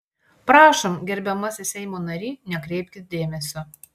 prašom gerbiamasis seimo nary nekreipkit dėmesio